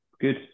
Good